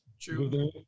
True